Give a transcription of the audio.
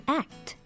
act